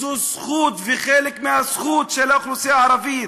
זו זכות וחלק מהזכות של האוכלוסייה הערבית.